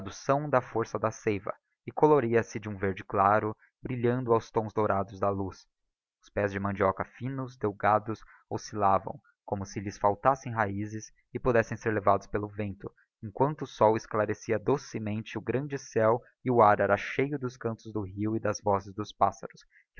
traducção da força da seiva e ccloria se de um verde claro brilhando aos tons dourados da luz os pés de mandioca finos delgados oscillavam como si lhes faltassem raizes e pudessem ser levados pelo vento cmquantoo sol esclarecia docemente o grande céu e o ar era cheio dos cantos do rio e das vozes dos pássaros